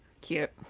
Cute